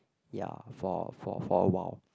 ya for for for awhile